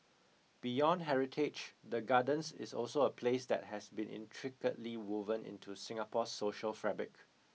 beyond heritage the Gardens is also a place that has been intricately woven into Singapore's social fabric